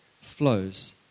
flows